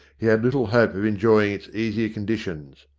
he had little hope of enjoying its easier conditions.